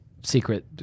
secret